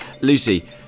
Lucy